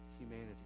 humanity